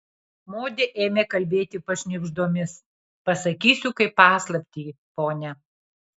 modė ėmė kalbėti pašnibždomis pasakysiu kaip paslaptį pone